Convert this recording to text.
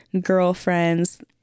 girlfriends